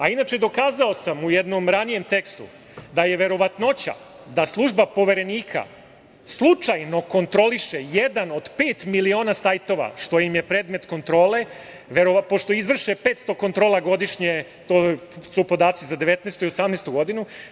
Inače, dokazao sam u jednom ranijem tekstu da je verovatnoća da služba Poverenika slučajno kontroliše jedan od pet miliona sajtova, što im je predmet kontrole, pošto izvrše 500 kontrola godišnje, to su podaci za 2018. i 2019. godinu.